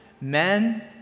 men